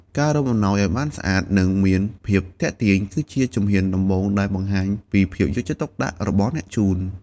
ការរុំអំណោយឲ្យបានស្អាត និងមានភាពទាក់ទាញ គឺជាជំហានដំបូងដែលបង្ហាញពីភាពយកចិត្តទុកដាក់របស់អ្នកជូន។